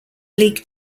league